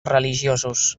religiosos